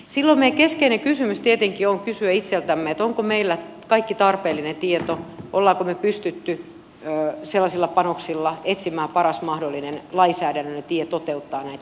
silloin meidän keskeinen kysymyksemme tietenkin on kysyä itseltämme onko meillä kaikki tarpeellinen tieto olemmeko me pystyneet sellaisilla panoksilla etsimään parhaan mahdollisen lainsäädännöllisen tien toteuttaa näitä linjauksia